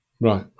right